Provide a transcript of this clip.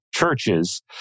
churches